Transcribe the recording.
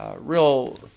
real